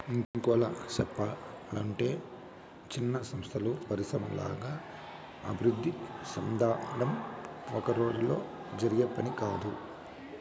ఇంకోలా సెప్పలంటే చిన్న సంస్థలు పరిశ్రమల్లాగా అభివృద్ధి సెందడం ఒక్కరోజులో జరిగే పని కాదు